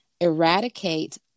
eradicate